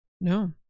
No